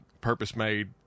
purpose-made